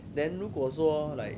then 如果说 like